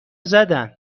زدن